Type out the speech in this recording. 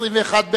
55,